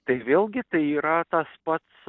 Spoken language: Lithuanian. tai vėlgi tai yra tas pats